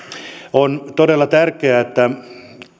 on todella tärkeää että